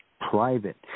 Private